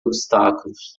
obstáculos